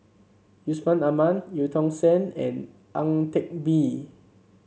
Yusman Aman Eu Tong Sen and Ang Teck Bee